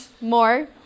more